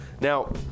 Now